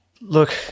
Look